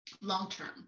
long-term